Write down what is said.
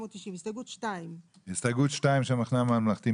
הסתייגות 2. הסתייגות 2 של המחנה הממלכתי,